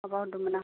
माबा हरदोंमोन आं